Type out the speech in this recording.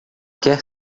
quer